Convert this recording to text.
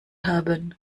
haben